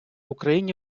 україні